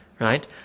Right